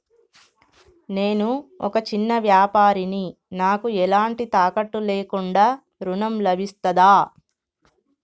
నేను ఒక చిన్న వ్యాపారిని నాకు ఎలాంటి తాకట్టు లేకుండా ఋణం లభిస్తదా?